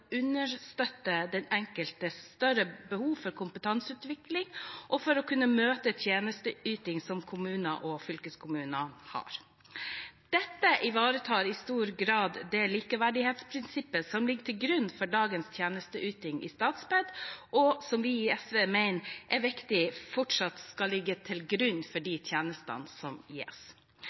enkeltes større behov for kompetanseutvikling, for å kunne møte tjenesteyting til kommuner og fylkeskommuner Dette ivaretar i stor grad det likeverdighetsprinsippet som ligger til grunn for dagens tjenesteyting i Statped, og som vi i SV mener er viktig fortsatt skal ligge til grunn for de tjenestene som gis.